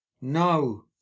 no